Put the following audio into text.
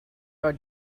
are